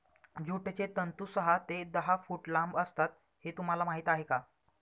ज्यूटचे तंतू सहा ते दहा फूट लांब असतात हे तुम्हाला माहीत आहे का